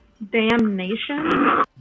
damnation